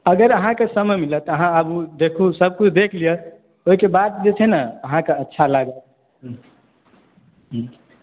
अगर अहाँकेॅं समय मिलत अहाँ आबू देखू सब किछु देख लीअ तै के बाद जे छै ने अहाँके अच्छा लागत